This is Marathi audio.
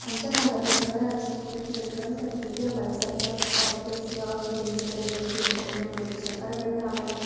आमच्या भागातील कला आणि संस्कृतीच्या विकासासाठी निधी आम्हाला सरकार कॉर्पोरेट सेवा व देणगीदार एजन्सी यांच्याकडून मिळतो सरकारकडून आम्हाला